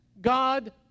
god